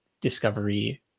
discovery